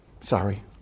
Sorry